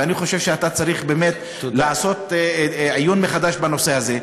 ואני חושב שאתה צריך באמת לעשות עיון מחדש בנושא הזה,